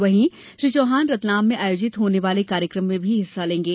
वहीं श्री चौहान रतलाम में आयोजित होने वाले कार्यक्रम में भी हिस्सा लेंगे